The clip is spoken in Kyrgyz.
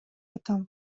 атам